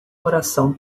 oração